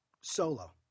Solo